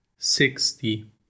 Sixty